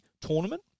tournament